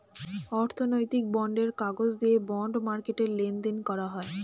অর্থনৈতিক বন্ডের কাগজ দিয়ে বন্ড মার্কেটে লেনদেন করা হয়